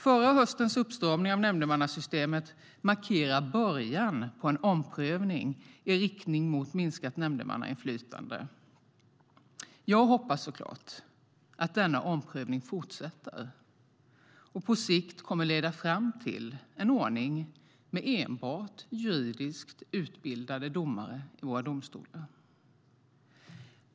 Förra höstens uppstramning av nämndemannasystemet markerar början på en omprövning i riktning mot minskat nämndemannainflytande. Jag hoppas såklart att denna omprövning fortsätter och på sikt kommer att leda fram till en ordning med enbart juridiskt utbildade domare i våra domstolar.